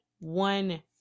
one